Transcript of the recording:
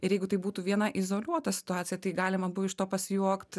ir jeigu tai būtų viena izoliuota situacija tai galima buvo iš to pasijuokt